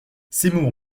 seymour